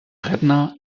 redner